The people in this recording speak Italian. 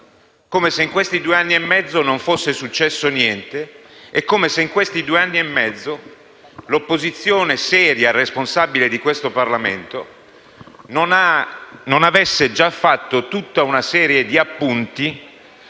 come se in questi due anni e mezzo non fosse successo niente e come se in questo lasso di tempo l'opposizione seria e responsabile di questo Parlamento non avesse già fatto tutta una serie di appunti